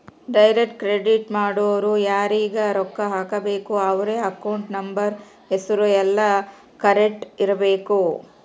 direct credit ಮಾಡೊರು ಯಾರೀಗ ರೊಕ್ಕ ಹಾಕಬೇಕು ಅವ್ರ ಅಕೌಂಟ್ ನಂಬರ್ ಹೆಸರು ಯೆಲ್ಲ ಕರೆಕ್ಟ್ ಇರಬೇಕು